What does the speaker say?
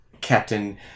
Captain